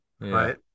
Right